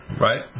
right